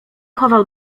chował